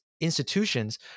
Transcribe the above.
institutions